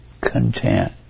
content